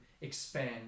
expand